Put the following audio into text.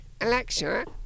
Alexa